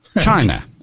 China